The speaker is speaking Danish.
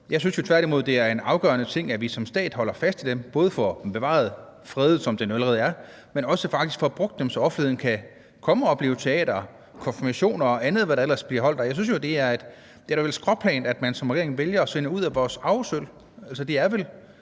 Jeg synes jo tværtimod, at det er en afgørende ting, at vi som stat holder fast i dem, både for at bevare, fredet, som den jo allerede er, men faktisk også for at vi får brugt dem, så offentligheden kan komme og opleve teater, konfirmationer og andet – hvad der ellers bliver holdt der. Det er da vel et skråplan, at man som regering vælger at sælge ud af vores arvesølv. Altså, det er vel